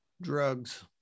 Drugs